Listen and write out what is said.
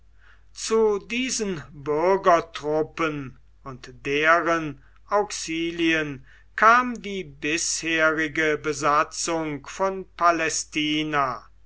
zu diesen bürgertruppen und deren auxilien kam die bisherige besatzung von palästina